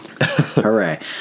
Hooray